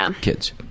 kids